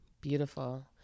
Beautiful